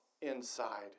inside